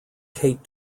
kate